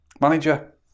manager